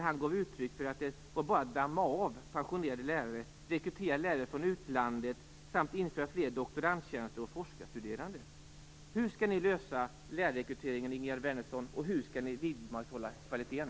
Han uttryckte att det bara var att damma av pensionerade lärare, rekrytera lärare från utlandet samt införa fler doktorandtjänster och rekrytera fler forskarstuderande. Hur skall ni lösa lärarrekryteringen, Ingegerd Wärnersson? Och hur skall ni upprätthålla kvaliteten?